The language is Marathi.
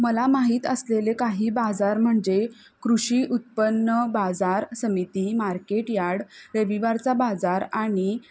मला माहीत असलेले काही बाजार म्हणजे कृषी उत्पन्न बाजार समिती मार्केट याड रविवारचा बाजार आणि